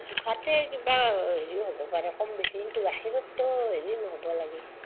জোখাতেই কিবা হেৰি হ'ব পাৰে কম বেছি কিন্তু গাখীৰতটো হেৰি হ'ব নালাগে